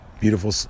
Beautiful